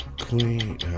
Queen